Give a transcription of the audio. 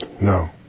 No